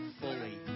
fully